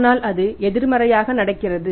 ஆனால் அது எதிர்மறையாக நடக்கிறது